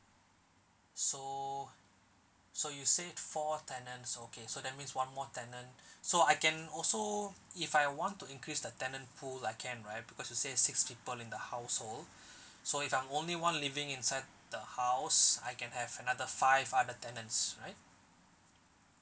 so so you say four tenants okay so that means one more tenant so I can also if I want to increase the tenant pool I can right because you say six people in the household so if I'm only one living inside the house I can have another five other tenants right